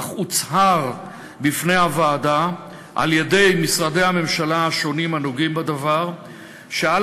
אך הוצהר בפני הוועדה על-ידי משרדי הממשלה השונים הנוגעים בדבר שעל